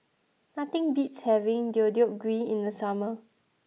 nothing beats having Deodeok Gui in the summer